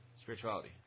spirituality